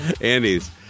Andy's